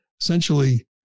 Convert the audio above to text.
essentially